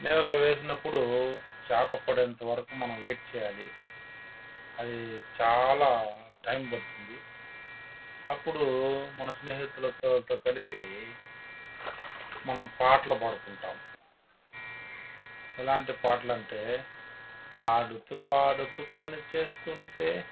నీళ్లల్లో వేసినప్పుడు చేప పడేంత వరకు మనం వెయిట్ చేయాలి అది చాలా టైం పడుతుంది అప్పుడు మన స్నేహితులుతో కలిసి మనం పాటలు పాడుకుంటాం ఎలాంటి పాటలు అంటే ఆడుతు పాడుతు పనిచేస్తుంటే